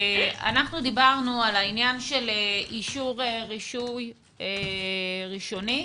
אנחנו דיברנו על העניין של אישור רישוי ראשוני,